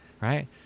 right